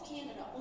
Canada